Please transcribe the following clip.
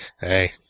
Hey